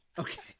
Okay